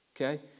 Okay